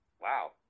Wow